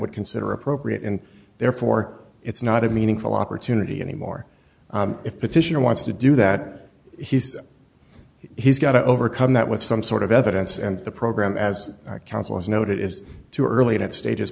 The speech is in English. would consider appropriate and therefore it's not a meaningful opportunity anymore if petitioner wants to do that he's he's got to overcome that with some sort of evidence and the program as counsel has noted is too early to stage